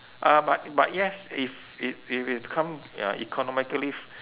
uh but but yes if it if it become uh economically v~